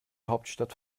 hauptstadt